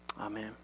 Amen